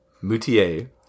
Moutier